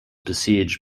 besieged